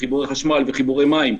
חיבורי חשמל וחיבורי מים.